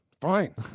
fine